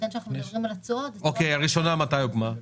לכן כשאנחנו מדברים על התשואה -- מתי הראשונה הוקמה?